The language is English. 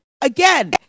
again